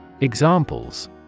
Examples